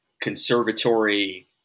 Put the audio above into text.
conservatory